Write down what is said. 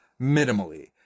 minimally